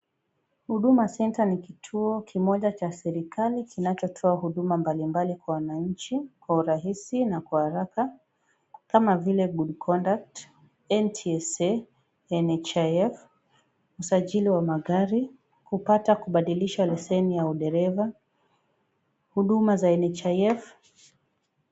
Huduma Center ni kituo kimoja cha serikali kinachotoa huduma mbalimbali kwa wananchi kwa urahisi na kwa haraka kama vile good conduct , NTSA, NHIF, usajili wa magari, kupata kubadilisha leseni ya udereva, huduma za NHIF.